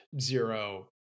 Zero